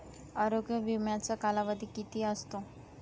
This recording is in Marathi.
आरोग्य विम्याचा कालावधी किती असतो?